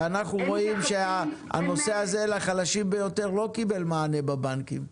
ואנחנו רואים שהנושא הזה לחלשים ביותר לא קיבל מענה בבנקים.